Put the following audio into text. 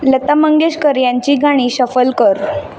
लता मंगेशकर यांची गाणी शफल कर